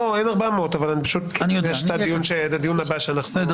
לא, אין 400, יש את הדיון הבא שאנחנו רוצים,